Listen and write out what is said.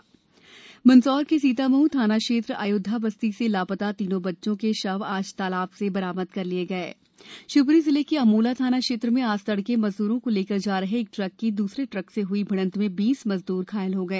्र मंदसौर के सीतामऊ थाना क्षेत्र अयोध्या बस्ती से लापता तीनों बच्चों के शव आज तालाब से बरामद कर लिए गए ् शिवप्री जिले के अमोला थाना क्षेत्र में आज तड़के मजदूरों को लेकर जा रहे एक ट्रक की दूसरे ट्रक से ह्यी भिडंत में बीस मजदूर घायल हो गए